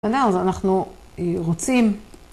אני יודעת, אז אנחנו רוצים.